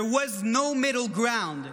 There was no middle ground.